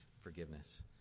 forgiveness